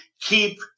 keep